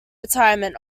retirement